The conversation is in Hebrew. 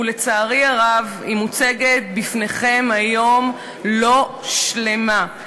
ולצערי הרב היא מוצגת בפניכם היום לא שלמה.